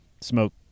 smoke